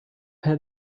had